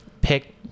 Pick